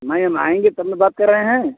नहीं हम आएँगे तब ना बात कर रहे हैं